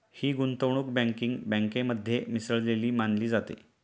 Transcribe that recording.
ही गुंतवणूक बँकिंग बँकेमध्ये मिसळलेली मानली जाते